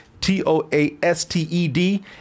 T-O-A-S-T-E-D